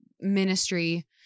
ministry